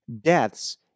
Deaths